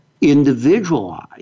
individualized